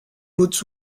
roots